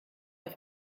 auf